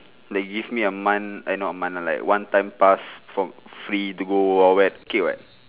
they give me a month eh not a month like one time pass for free to go wild wild wet okay [what]